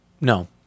No